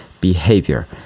behavior